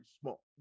small